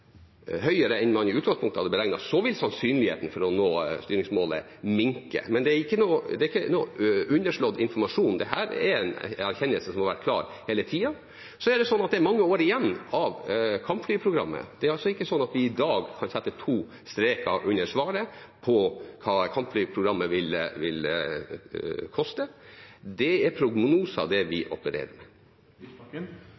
høyere enn man i utgangspunktet hadde beregnet, vil sannsynligheten for å nå styringsmålet minke. Men det er ikke underslått informasjon. Dette er en erkjennelse som har vært klar hele tida. Det er mange år igjen av kampflyprogrammet. Det er ikke sånn at vi i dag kan sette to streker under svaret på hva kampflyprogrammet vil koste. Vi opererer med prognoser. Det er feil at dette er en erkjennelse som har vært der hele tiden, for erkjennelsen av at det